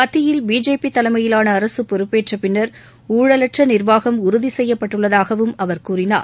மத்தியில் பிஜேபி தலைமையிலாள அரசு பொறுப்பேற்ற பின்னர் ஊழலற்ற நிர்வாகம் உறுதி செய்யப்பட்டுள்ளதாகவும் அவர் கூறினார்